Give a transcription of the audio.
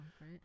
right